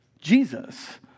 Jesus